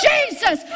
Jesus